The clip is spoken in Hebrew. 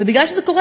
ובגלל שזה קורה